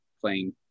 playing